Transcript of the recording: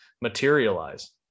materialize